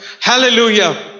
hallelujah